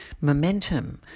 momentum